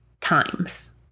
times